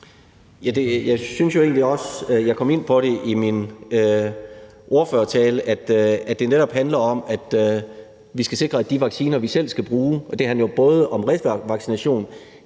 jeg kom ind på det i min ordførertale, altså at det netop handler om, at vi skal sikre de vacciner, vi selv skal bruge – og det handler jo både om revaccination,